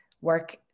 work